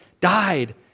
died